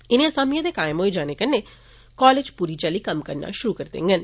इनें असामियें दे कायम होई जाने कन्नै कालेज प्री चाली कम्म करना शुरु करी देगंन